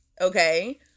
Okay